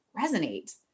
resonate